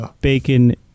Bacon